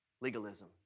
legalism